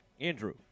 Andrew